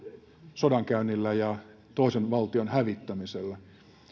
sodankäynnillä ja toisen valtion hävittämisellä